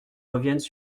reviennent